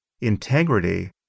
integrity